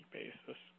basis